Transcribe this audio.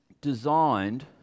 designed